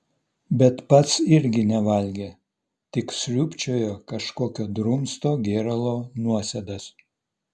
bet pats irgi nevalgė tik sriūbčiojo kažkokio drumsto gėralo nuosėdas